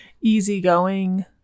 easygoing